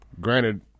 Granted